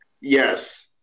Yes